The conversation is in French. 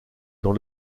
dans